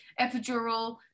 Epidural